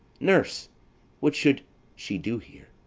nurse what should she do here?